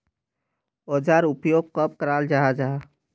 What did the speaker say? औजार उपयोग कब कराल जाहा जाहा?